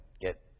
get